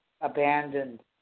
abandoned